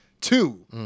Two